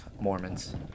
Mormons